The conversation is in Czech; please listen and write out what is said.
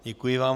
Děkuji vám.